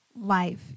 life